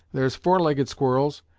there's four legged squirrels,